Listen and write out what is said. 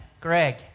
Greg